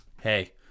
Hey